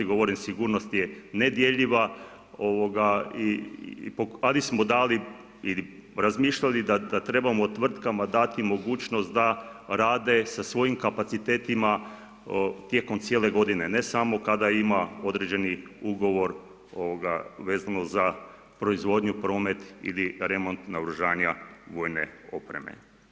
Govorim sigurnost je nedjeljiva i ... dali ili razmišljali da trebamo tvrtkama dati mogućnost da rade sa svojim kapacitetima tijekom cijele godine, ne samo kada ima određeni ugovor vezano za proizvodnju, promet ili remont naoružanja vojne opreme.